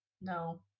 No